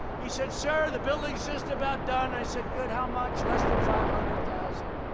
he said, sir, the building is just about done. i said, good. how much? less than five hundred thousand